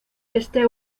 este